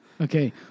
Okay